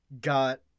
got